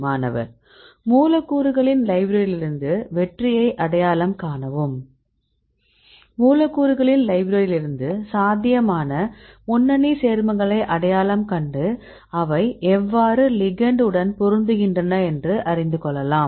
மாணவர் மூலக்கூறுகளின் லைப்ரரியிலிருந்து வெற்றியை அடையாளம் காணவும் மூலக்கூறுகளின் லைப்ரரியிலிருந்து சாத்தியமான முன்னணி சேர்மங்களை அடையாளம் கண்டு அவை எவ்வாறு லிகெண்ட் உடன் பொருந்துகின்றன என்று அறிந்து கொள்ளலாம்